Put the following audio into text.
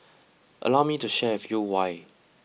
allow me to share with you why